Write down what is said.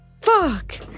Fuck